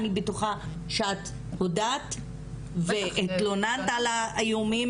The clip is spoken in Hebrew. אני בטוחה שאת הודעת והתלוננת על האיומים